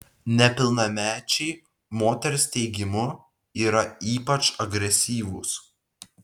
nepilnamečiai moters teigimu yra ypač agresyvūs